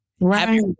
Right